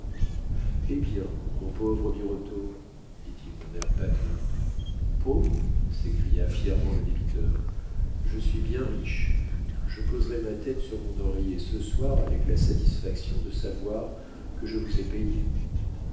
eh bien mon pauvre birotteau dit-il d'un air patelin pauvre s'écria fièrement le débiteur je suis bien riche je poserai ma tête sur mon oreiller ce soir avec la satisfaction de savoir que je vous ai payé